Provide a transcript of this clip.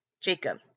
Jacob